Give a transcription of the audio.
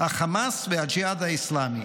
החמאס והג'יהאד האסלאמי.